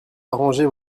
arranger